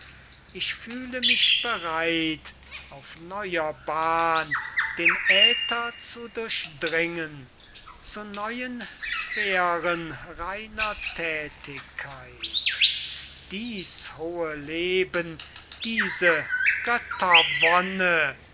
ich fühle mich bereit auf neuer bahn den aether zu durchdringen zu neuen sphären reiner thätigkeit dieß hohe leben diese